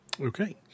okay